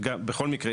בכל מקרה,